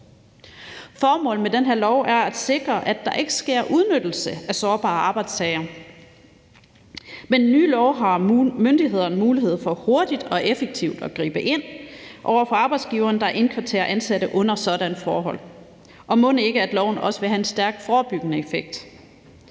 Formålet med den her lov er at sikre, at der ikke sker udnyttelse af sårbare arbejdstagere. Med den nye lov har myndighederne mulighed for hurtigt og effektivt at gribe ind over for arbejdsgiveren, der indkvarterer ansatte under sådanne forhold. Mon ikke loven også vil have en stærk forebyggende effekt.